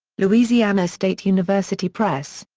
louisiana state university press.